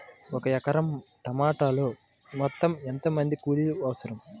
ఒక ఎకరా టమాటలో మొత్తం ఎంత మంది కూలీలు అవసరం?